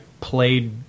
played